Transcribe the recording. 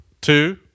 two